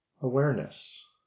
awareness